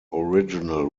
original